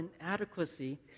inadequacy